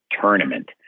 tournament